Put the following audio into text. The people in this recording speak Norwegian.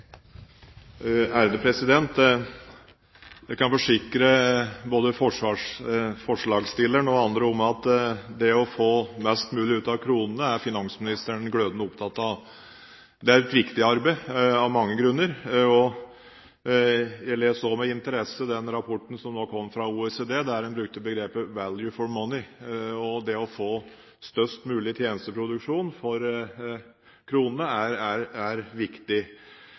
Jeg kan forsikre både forslagsstilleren og andre om at det å få mest mulig ut av kronene er finansministeren glødende opptatt av. Dette er et viktig arbeid av mange grunner. Jeg leste også med interesse rapporten som nå kom fra OECD, der en brukte begrepet Value for Money. Det å få størst mulig tjenesteproduksjon for kronene er viktig. Med all mulig respekt er det ikke slik at det er